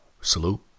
Salute